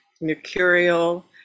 mercurial